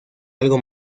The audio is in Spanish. algo